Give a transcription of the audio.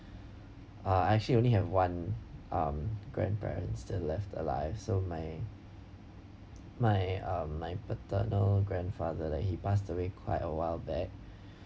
uh actually only have one um grandparents that left alive so my my um my paternal grandfather like he passed away quite awhile back